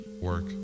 Work